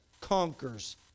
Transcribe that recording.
conquers